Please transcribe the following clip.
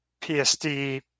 PSD